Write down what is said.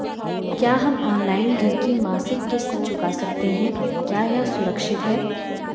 क्या हम ऑनलाइन घर की मासिक किश्त चुका सकते हैं क्या यह सुरक्षित है?